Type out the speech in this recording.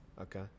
Okay